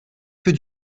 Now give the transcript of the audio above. que